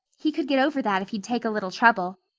he could get over that if he'd take a little trouble.